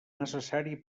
necessari